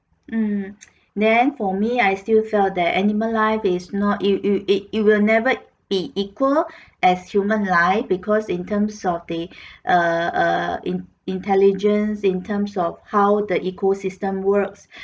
mm then for me I still felt that animal life is not it it it it will never be equal as human life because in terms of the err err in~ intelligence in terms of how the ecosystem works